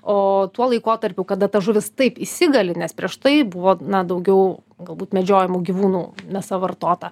o tuo laikotarpiu kada ta žuvis taip įsigali nes prieš tai buvo na daugiau galbūt medžiojamų gyvūnų mėsa vartota